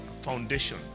foundation